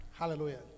Hallelujah